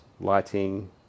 lighting